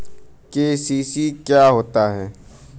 KCC क्या होता है?